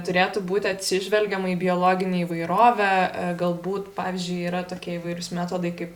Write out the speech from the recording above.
turėtų būti atsižvelgiama į biologinę įvairovę galbūt pavyzdžiui yra tokie įvairūs metodai kaip